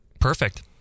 Perfect